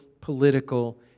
political